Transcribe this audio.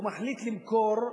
הוא מחליט למכור,